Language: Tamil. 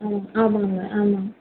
ஆமாம் ஆமாம்ங்க ஆமாம்